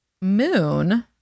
Moon